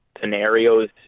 scenarios